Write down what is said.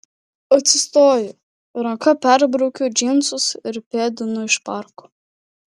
atsistoju ranka perbraukiu džinsus ir pėdinu iš parko